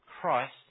Christ